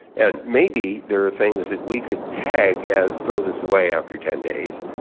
and maybe there are things that we could tag as throw this away after ten days.